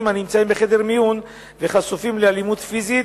הנמצאים בחדר מיון וחשופים לאלימות פיזית,